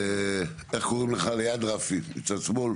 רק סוחר סמים רוצים שאני אהיה, די, חאלס, לא רוצה.